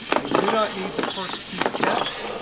i do not need the first two steps.